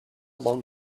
long